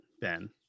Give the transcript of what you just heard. Ben